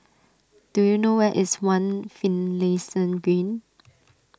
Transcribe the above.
do you know where is one Finlayson Green